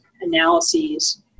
analyses